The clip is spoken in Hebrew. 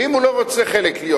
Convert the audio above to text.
ואם הוא לא רוצה להיות חלק ממנה,